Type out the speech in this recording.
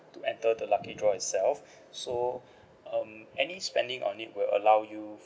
to enter the lucky draw itself so um any spending on it will allow you